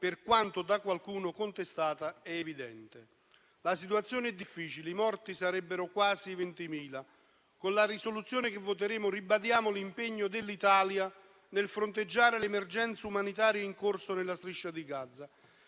per quanto da qualcuno contestata, è evidente. La situazione è difficile e i morti sarebbero quasi 20.000. Con la risoluzione che voteremo ribadiamo l'impegno dell'Italia nel fronteggiare l'emergenza umanitaria in corso nella Striscia di Gaza,